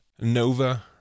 Nova